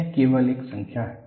यह केवल एक संख्या है